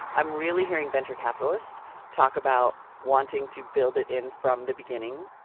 i'm really hearing venture capitalists talk about wanting to build it in from the beginning.